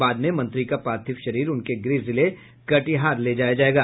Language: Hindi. बाद में मंत्री का पार्थिव शरीर उनके गृह जिले कटिहार ले जाया जायेगा